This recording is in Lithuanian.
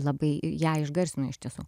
labai ją išgarsino iš tiesų